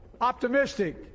optimistic